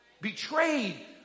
betrayed